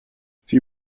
sie